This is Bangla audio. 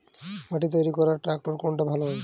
মাটি তৈরি করার ট্রাক্টর কোনটা ভালো হবে?